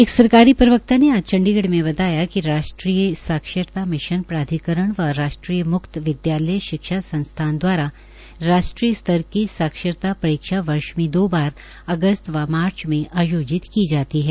एक सरकारी प्रवक्ता ने आज चंडीगढ़ में बताया कि राष्ट्रीय साक्षरता मुक्त विद्यालय शिक्षा संस्थान दवारा राष्ट्रीय स्तर की साक्षरता परीक्षा वर्ष में दो बार अगस्त व मार्च में आयोजित की जाती है